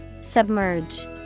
submerge